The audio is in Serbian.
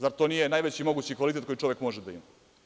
Zar to nije najveći mogući kvalitet koji čovek može da ima?